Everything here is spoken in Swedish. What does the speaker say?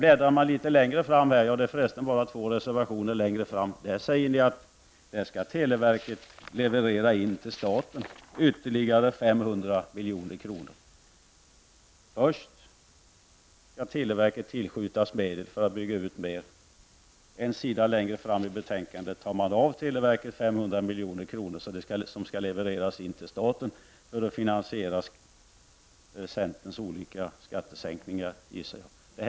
Bläddrar man litet längre fram i betänkandet, i själva verket två reservationer fram, säger centern att televerket skall leverera in till staten ytterligare 500 milj.kr. Först skall televerket tillskjutas medel för att bygga ut mer. En sida längre fram i betänkandet skall televerket leverera in 500 milj.kr. till staten -- för att finansiera centerns olika skattesänkningar, gissar jag.